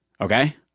okay